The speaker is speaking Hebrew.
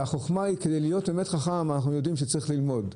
כדי להיות באמת חכם אנחנו יודעים שצריך ללמוד,